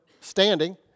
standing